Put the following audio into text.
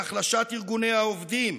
בהחלשת ארגוני העובדים,